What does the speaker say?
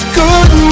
good